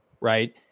right